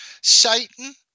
satan